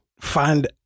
find